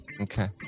Okay